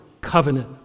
covenant